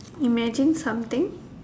imagine something